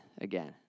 again